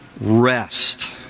rest